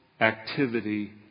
activity